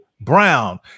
Brown